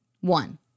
One